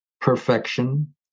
perfection